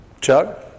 Chuck